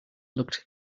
looked